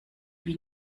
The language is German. wie